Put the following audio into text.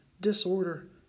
disorder